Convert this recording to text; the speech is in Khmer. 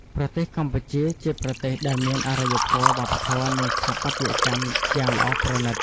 ប្រទេសកម្ពូជាជាប្រទេសដែលមានអរិយធម៌ វប្បធម៌ និងស្ថាបត្យកម្មយ៉ាងល្អប្រណិត។